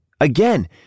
Again